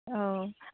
অঁ